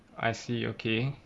I see okay